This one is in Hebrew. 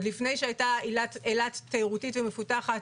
עוד לפני שאילת היתה תיירות ומפותחת,